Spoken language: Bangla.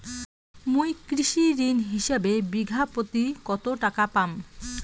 মুই কৃষি ঋণ হিসাবে বিঘা প্রতি কতো টাকা পাম?